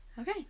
okay